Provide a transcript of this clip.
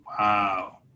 Wow